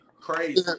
Crazy